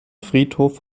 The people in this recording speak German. friedhof